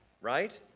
right